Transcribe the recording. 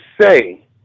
say